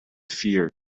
fear